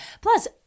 Plus